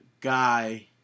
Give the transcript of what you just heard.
guy